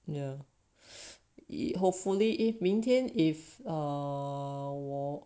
ya hopefully if 明天 if err 我